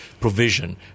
provision